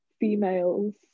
females